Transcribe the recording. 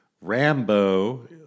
Rambo